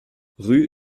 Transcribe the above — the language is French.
rue